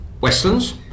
Westlands